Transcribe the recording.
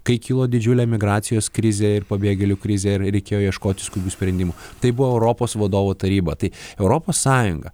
kai kilo didžiulė emigracijos krizė ir pabėgėlių krizė ir reikėjo ieškoti skubių sprendimų tai buvo europos vadovų taryba tai europos sąjunga